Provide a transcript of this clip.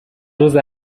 روز